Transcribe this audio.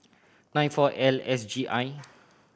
nine four L S G I